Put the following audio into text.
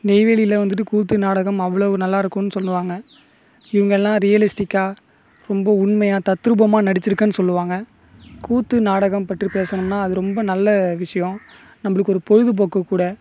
நெய்வேலில் வந்துட்டு கூத்து நாடகம் அவ்வளோ நல்லாயிருக்கும்னு சொல்வாங்க இங்கேலாம் ரீயலிஸ்டிக்காக ரொம்ப உண்மையாக தத்துரூபமாக நடுச்சுருக்கன்னு சொல்வாங்கள் கூத்து நாடகம் பற்றி பேசணும்னா அது ரொம்ப நல்ல விஷயம் நம்மளுக்கு ஒரு பொழுதுபோக்கு கூட